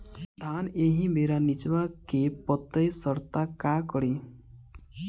धान एही बेरा निचवा के पतयी सड़ता का करी?